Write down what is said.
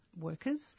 workers